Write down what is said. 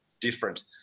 different